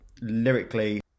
lyrically